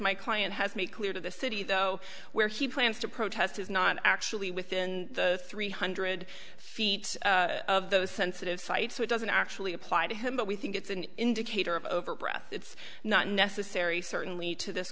my client has made clear to the city though where he plans to protest is not actually within three hundred feet of those sensitive sites so it doesn't actually apply to him but we think it's an indicator of over a breath it's not necessary certainly to this